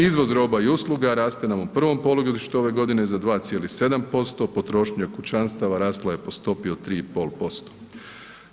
Izvoz roba i usluga raste nam u prvom polugodištu ove godine za 2,7%, potrošnja kućanstava rasla je po stopi od 3,5%